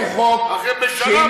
מתי הוא היה פה,